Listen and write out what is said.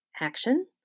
Action